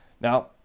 Now